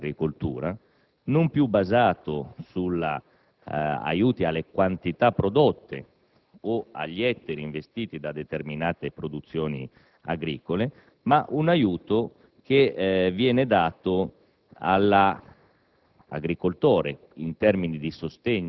un nuovo modello di aiuto all'agricoltura. Esso non è più basato sugli aiuti alle quantità prodotte o agli ettari investiti da determinate produzioni agricole; tale modello si fonda